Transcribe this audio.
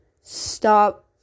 stop